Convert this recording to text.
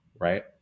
right